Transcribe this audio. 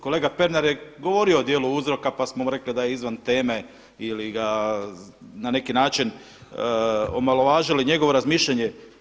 Kolega Pernar je govorio o djelu uzroka pa smo rekli da je izvan teme ili ga na neki način omalovažili njegovo razmišljanje.